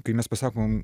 kai mes pasakom